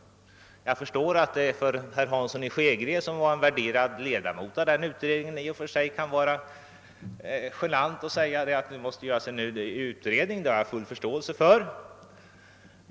Jag förstår till fullo att herr Hansson i Skegrie, som var en värderad ledamot av 1960 års jordbruksutredning, måste känna det genant att redan kräva en ny utredning.